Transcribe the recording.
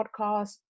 podcast